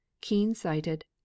keen-sighted